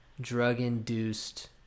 drug-induced